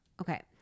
Okay